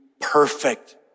perfect